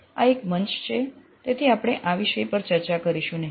આ એક મંચ છેતેથી આપણે આ વિષય પર ચર્ચા કરીશું નહિ